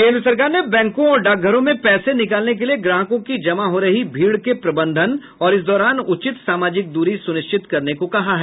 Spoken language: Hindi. केन्द्र सरकार ने बैंकों और डाकघरों में पैसे निकालने के लिए ग्राहकों की जमा हो रही भीड़ के प्रबंधन और इस दौरान उचित सामाजिक दूरी सुनिश्चित करने को कहा है